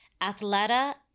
Athleta